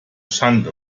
schande